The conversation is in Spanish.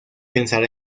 pensar